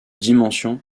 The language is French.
dimensions